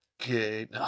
Okay